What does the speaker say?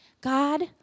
God